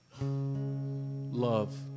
love